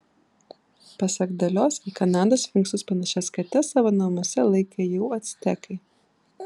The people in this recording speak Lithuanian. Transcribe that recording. pasak dalios į kanados sfinksus panašias kates savo namuose laikė jau actekai